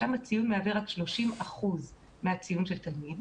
שם הציון מהווה רק 30% מהציון של תלמיד,